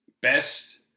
Best